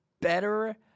better